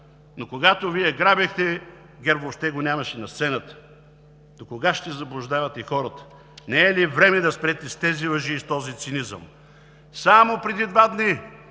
но когато Вие грабехте, ГЕРБ въобще го нямаше на сцената. Докога ще заблуждавате хората? Не е ли време да спрете с тези лъжи и с този цинизъм? Само преди два дни